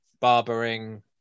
barbering